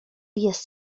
jest